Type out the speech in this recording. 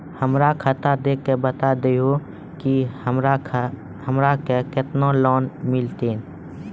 हमरा खाता देख के बता देहु के हमरा के केतना लोन मिलथिन?